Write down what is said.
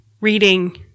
reading